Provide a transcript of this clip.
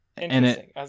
Interesting